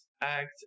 act